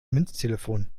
münztelefon